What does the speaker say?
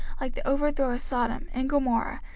like the overthrow of sodom, and gomorrah,